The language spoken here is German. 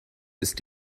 ist